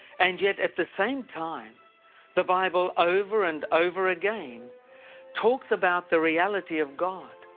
and yet at the same time the bible over and over again talks about the reality of god,